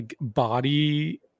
body